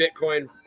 Bitcoin